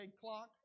clock